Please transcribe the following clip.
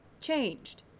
changed